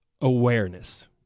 Awareness